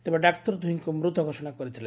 ତେବେ ଡାକ୍ତର ଦୁହିଁଙ୍କୁ ମୃତ ଘୋଷଣା କରିଥିଲେ